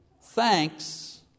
Thanks